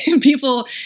people